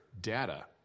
data